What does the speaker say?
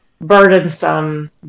burdensome